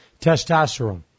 testosterone